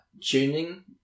tuning